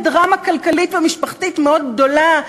בדרמה כלכלית ומשפחתית מאוד גדולה,